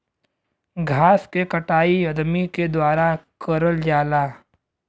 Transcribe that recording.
घास के कटाई अदमी के द्वारा करल जाला